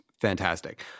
Fantastic